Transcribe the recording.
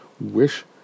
wish